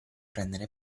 prendere